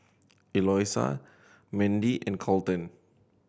Eloisa Mendy and Colten